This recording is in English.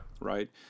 right